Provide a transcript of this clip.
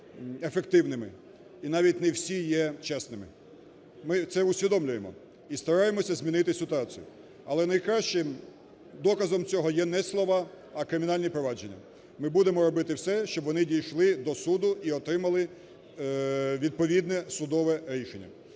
Ми будемо робити все, щоб вони дійшли до суду і отримали відповідне судове рішення.